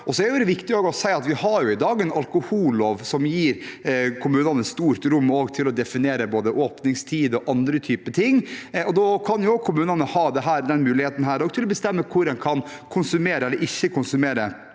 dag har en alkohollov som gir kommunene stort rom til å definere både åpningstider og annet. Da kan jo kommunene også ha denne muligheten til å bestemme hvor en kan konsumere eller ikke konsumere